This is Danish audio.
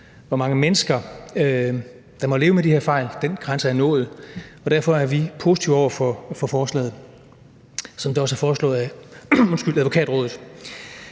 hvor mange mennesker der må leve med de her fejl – er nået. Og derfor er vi positive over for forslaget, som det også er foreslået af Advokatrådet.